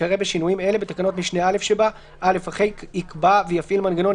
שתיקרא בשינויים אלה בתקנת משנה (א) שבה: אחרי "יקבע ויפעיל מנגנון"